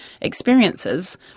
experiences